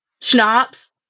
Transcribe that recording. schnapps